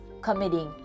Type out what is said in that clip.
committing